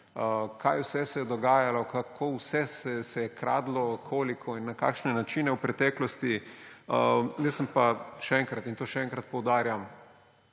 kaj vse se je dogajalo, kako vse se je kradlo, koliko in na kakšne način v preteklosti. Jaz sem pa še enkrat in to še enkrat poudarjam,